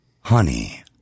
honey